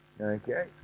Okay